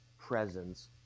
presence